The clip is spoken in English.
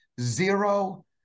zero